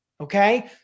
Okay